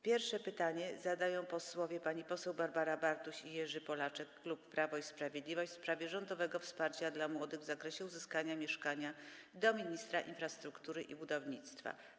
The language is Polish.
Pierwsze pytanie zadadzą posłowie Barbara Bartuś i Jerzy Polaczek, klub Prawo i Sprawiedliwość, w sprawie rządowego wsparcia dla młodych w zakresie uzyskania mieszkania, do ministra infrastruktury i budownictwa.